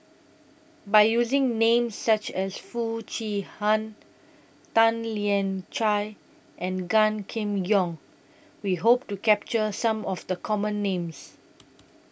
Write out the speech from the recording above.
By using Names such as Foo Chee Han Tan Lian Chye and Gan Kim Yong We Hope to capture Some of The Common Names